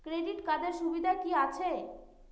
Credit কার্ডের সুবিধা কি আছে?